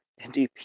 NDP